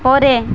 ପରେ